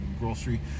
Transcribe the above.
grocery